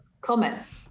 comments